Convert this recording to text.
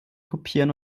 kopieren